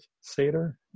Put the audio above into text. seder